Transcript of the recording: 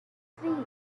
three